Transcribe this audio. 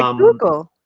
um local.